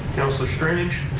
councilor strange?